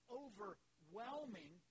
overwhelming